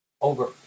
Over